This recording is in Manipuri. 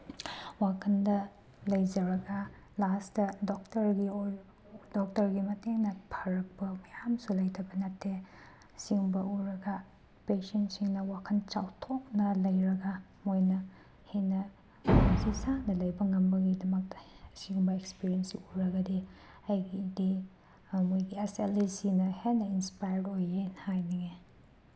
ꯋꯥꯈꯜꯗ ꯂꯩꯖꯔꯒ ꯂꯥꯁꯇ ꯗꯣꯛꯇꯔꯒꯤ ꯗꯣꯛꯇꯔꯒꯤ ꯃꯇꯦꯡꯅ ꯐꯔꯛꯄ ꯃꯌꯥꯝꯁꯨ ꯂꯩꯇꯕ ꯅꯠꯇꯦ ꯁꯤꯒꯨꯝꯕ ꯎꯔꯒ ꯄꯦꯁꯦꯟꯁꯤꯡꯅ ꯋꯥꯈꯜ ꯆꯥꯎꯊꯣꯛꯅ ꯂꯩꯔꯒ ꯃꯣꯏꯅ ꯍꯦꯟꯅ ꯄꯨꯟꯁꯤ ꯁꯥꯡꯅ ꯂꯩꯕ ꯉꯝꯕꯒꯤꯗꯃꯛꯇ ꯑꯁꯤꯒꯨꯝꯕ ꯑꯦꯛꯁꯄꯤꯔꯤꯌꯦꯟꯁꯁꯤ ꯎꯔꯒꯗꯤ ꯑꯩꯒꯤꯗꯤ ꯃꯣꯏꯒꯤ ꯍꯩꯆ ꯑꯦꯜ ꯏ ꯁꯤꯅ ꯍꯦꯟꯅ ꯏꯟꯁꯄꯌꯥꯔꯠ ꯑꯣꯏꯌꯦꯅ ꯍꯥꯏꯅꯤꯡꯉꯦ